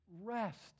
Rest